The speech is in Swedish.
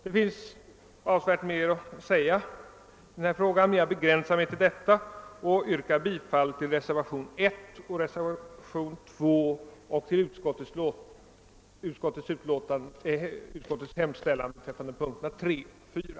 Det finns avsevärt mer att säga i denna fråga, men jag begränsar mig till att yrka bifall till reservationerna 1 och 2 vid utlåtandet nr 44 och till utskottets hemställan beträffande punkterna 3 och 4.